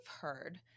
heard